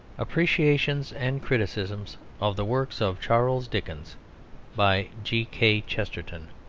appreciations and criticisms of the works of charles dickens by g. k. chesterton